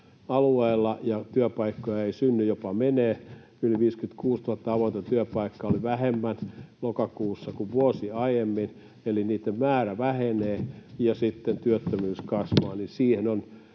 alueella ja työpaikkoja ei synny — niitä jopa menee: yli 56 000 avointa työpaikkaa oli vähemmän lokakuussa kuin vuosi aiemmin, eli niitten määrä vähenee ja sitten työttömyys kasvaa — on